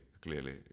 clearly